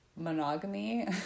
monogamy